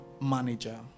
manager